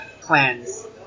plans